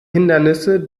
hindernisse